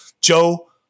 Joe